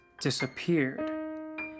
disappeared